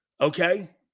okay